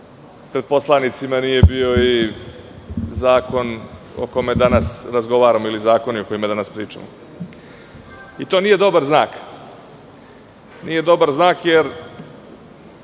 pred poslanicima nije bio i zakon o kome danas razgovaramo ili o zakonima o kojima danas pričamo. To nije dobar znak. Nije dobar znak jer